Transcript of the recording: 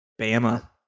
Bama